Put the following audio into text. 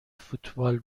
فوتبال